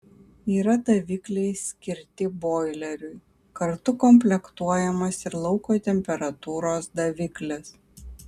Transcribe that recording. yra davikliai skirti boileriui kartu komplektuojamas ir lauko temperatūros daviklis